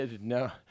no